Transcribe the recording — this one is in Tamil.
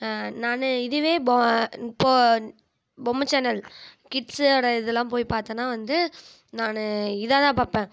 நானும் இதுவே பா இப்போது பொம்மை சேனல் கிட்ஸோடய இதெல்லாம் போய் பார்த்தன்னா வந்து நானும் இதாக தான் பார்ப்பேன்